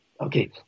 Okay